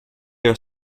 are